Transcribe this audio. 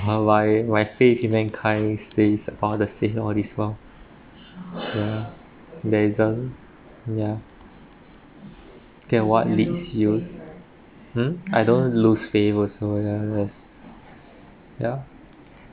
my my my face even kind space found the signal all this well yeah they then yeah then what leads you mm I don't lose favour so ya that's ya